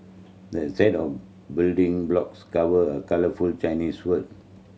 the set of building blocks covered a colourful Chinese word